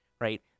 right